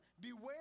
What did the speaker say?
beware